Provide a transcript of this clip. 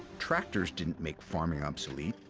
tractors didn't make farming obsolete,